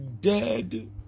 dead